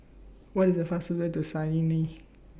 What IS The fastest Way to Cayenne